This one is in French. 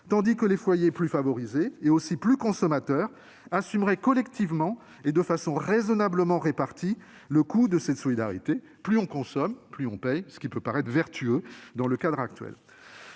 tandis que les foyers plus favorisés et aussi plus consommateurs assumeraient collectivement et de façon raisonnablement répartie le coût de cette solidarité. Plus on consomme, plus on paye : dans le contexte actuel,